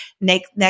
next